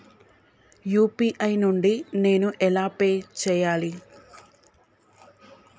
UPI నుండి నేను ఎలా పే చెయ్యాలి?